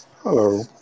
hello